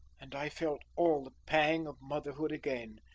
and i felt all the pang of motherhood again,